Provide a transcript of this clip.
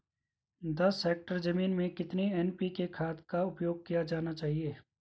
दस हेक्टेयर जमीन में कितनी एन.पी.के खाद का उपयोग किया जाना चाहिए?